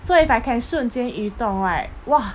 so if I can 瞬间移动 right !wah!